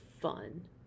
fun